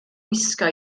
gwisgo